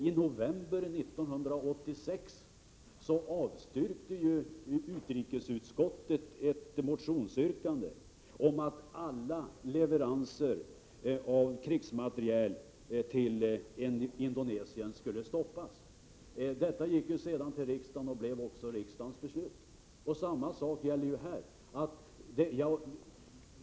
I november 1986 avstyrkte utrikesutskottet ett motionsyrkande om att alla leveranser av krigsmateriel till Indonesien skulle stoppas. Det blev sedan också riksdagens beslut. Samma sak gäller här.